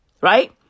right